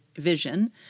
vision